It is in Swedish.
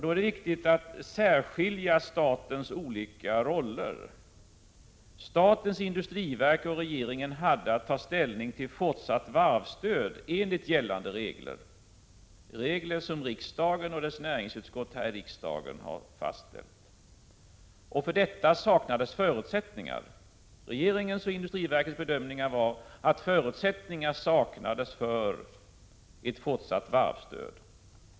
Här är det viktigt att särskilja statens olika roller. Statens industriverk och regeringen hade att ta ställning till fortsatt varvsstöd, enligt gällande regler — regler som riksdagen och dess näringsutskott har fastställt. Regeringens och industriverkets bedömning var att förutsättningar saknades för ett fortsatt varvsstöd.